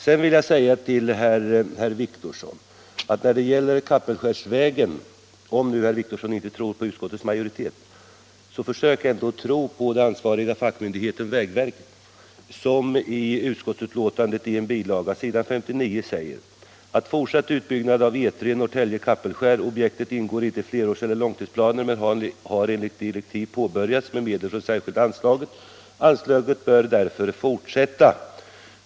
Sedan vill jag säga till herr Wictorsson när det gäller Kapellskärsvägen att om nu herr Wictorsson inte tror på utskottets majoritet, så försök ändå att tro på den ansvariga fackmyndigheten vägverket, som i en bilaga till betänkandet, s. 59, säger: ” Fortsatt utbyggnad av E 3, Norrtälje-Kapellskär. Objektet ingår inte i flerårseller långtidsplaner men har enligt direktiv påbörjats med medel från särskilda anslaget. Arbetet bör därför fortsätta.